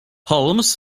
holmes